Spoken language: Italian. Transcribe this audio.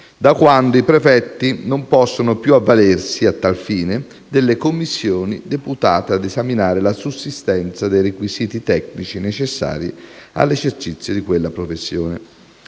da quando i prefetti non possono più avvalersi, a tal fine, delle commissioni deputate ad esaminare la sussistenza dei requisiti tecnici necessari all'esercizio di quella professione.